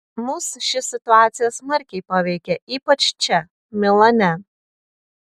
mus ši situacija smarkiai paveikė ypač čia milane